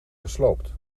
gesloopt